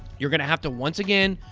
you're gonna have to, once again,